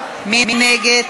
מי נגד?